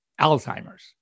Alzheimer's